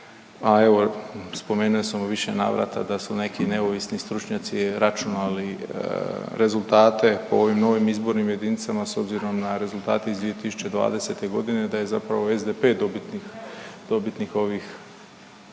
a evo spomenuo sam u više navrata da su neki neovisni stručnjaci računali rezultate po ovim novim izbornim jedinicama s obzirom na rezultate iz 2020.g. da je zapravo SDP dobitnik,